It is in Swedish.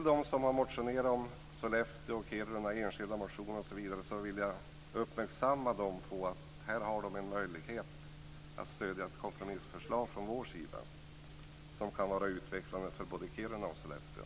De som har motionerat om Sollefteå och Kiruna i enskilda motioner vill jag göra uppmärksamma på att de här har en möjlighet att stödja ett kompromissförslag från vår sida som kan vara utvecklande för både Kiruna och Sollefteå.